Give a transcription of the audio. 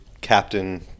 captain –